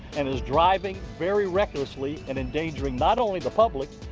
and he's driving very recklessly and endangering not only the public.